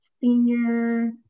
senior